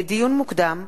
לדיון מוקדם: